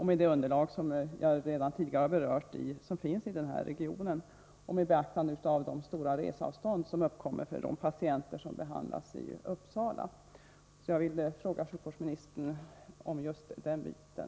Man bör beakta det underlag som finns i denna region och som jag tidigare har berört samt de stora reseavstånd som uppkommer för de patienter som behandlas i Uppsala. Jag vill fråga sjukvårdsministern om den saken.